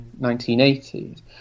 1980s